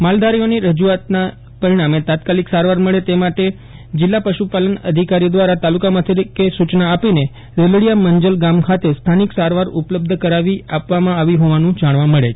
માલધારીઓએ તાત્કાલિક સારવાર મળે તે માટે રજૂઆત કરતા જિલ્લા પશુપાલન અધિકારી દ્વારા તાલુ કામથકે સૂ ચના આપીનેરેલડિયા મંજલ ગામ ખાતે સ્થાનિક સારવાર ઉપલબ્ધ કરાવી આપવામાં આવી હોવાનું જાણવા મળે છે